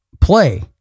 play